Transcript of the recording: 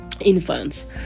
infants